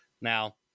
Now